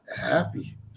happy